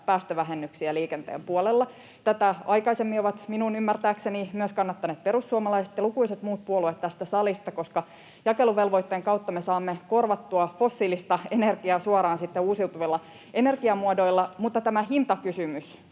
päästövähennyksiä liikenteen puolella. Aikaisemmin tätä ovat minun ymmärtääkseni kannattaneet myös perussuomalaiset ja lukuisat muut puolueet tästä salista, koska jakeluvelvoitteen kautta me saamme sitten suoraan korvattua fossiilista energiaa uusiutuvilla energiamuodoilla. Mutta tämä hintakysymys